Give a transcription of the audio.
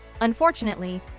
Unfortunately